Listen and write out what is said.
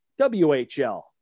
WHL